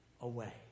away